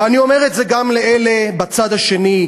ואני אומר את זה גם לאלה בצד השני,